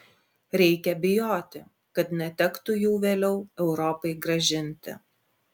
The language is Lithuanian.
reikia bijoti kad netektų jų vėliau europai grąžinti